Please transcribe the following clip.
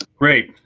great,